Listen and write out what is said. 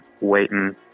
waiting